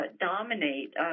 dominate